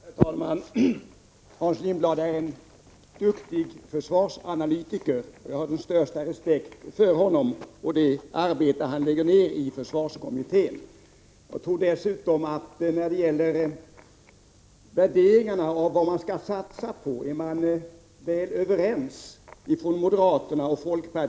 Herr talman! Hans Lindblad är en duktig försvarsanalytiker, och jag har den största respekt för honom och det arbete han lägger ned i försvarskommittén. Jag tror dessutom att moderaterna och folkpartiet är överens om värderingarna i fråga om vad man skall satsa på.